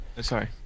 Sorry